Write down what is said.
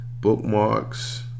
Bookmarks